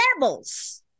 levels